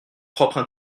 propres